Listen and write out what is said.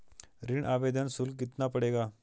ऋण आवेदन शुल्क कितना पड़ेगा?